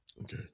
Okay